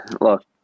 Look